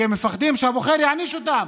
כי הם מפחדים שהבוחר יעניש אותם